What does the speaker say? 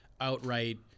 outright –